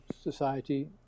society